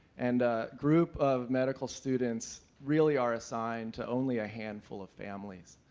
and a group of medical students really are assigned to only a handful of families.